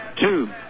two